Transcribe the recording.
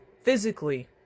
physically